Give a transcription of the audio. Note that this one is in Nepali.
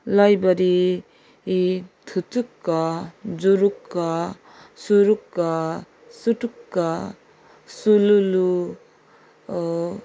लै बरी थुचुक्क जुरुक्क सुरुक्क सुटुक्क सुलुलु ओ